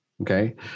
okay